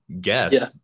guess